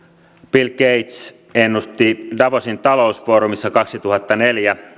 bill gates ennusti davosin talousfoorumissa kaksituhattaneljä